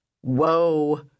Whoa